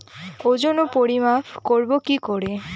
ওজন ও পরিমাপ করব কি করে?